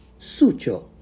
sucho